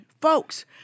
folks